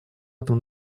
этом